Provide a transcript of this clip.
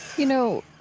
you know,